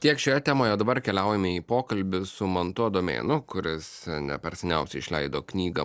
tiek šioje temoje o dabar keliaujame į pokalbį su mantu adomėnu kuris ne per seniausiai išleido knygą